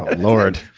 lord.